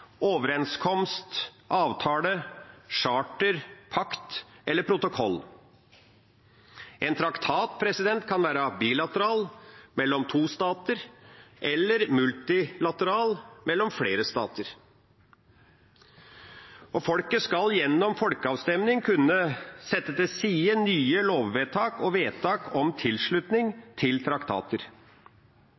overenskomst, avtale, charter, pakt eller protokoll. En traktat kan være bilateral, mellom to stater, eller multilateral, mellom flere stater. Folket skal gjennom folkeavstemning kunne sette til side nye lovvedtak og vedtak om tilslutning til traktater.